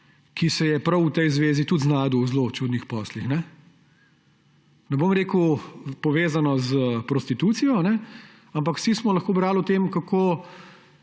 ki se je prav v tej zvezi tudi znašel v zelo čudnih poslih. Ne bom rekel povezano s prostitucijo, ampak vsi smo lahko brali o tem, kako